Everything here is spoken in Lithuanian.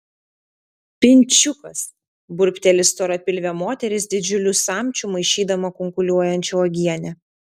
pinčiukas burbteli storapilvė moteris didžiuliu samčiu maišydama kunkuliuojančią uogienę